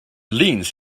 leans